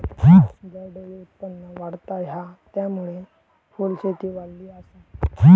दरडोई उत्पन्न वाढता हा, त्यामुळे फुलशेती वाढली आसा